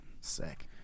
sick